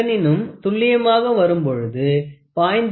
அதனினும் துல்லியமாக வரும் பொழுது 0